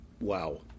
Wow